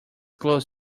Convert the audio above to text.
close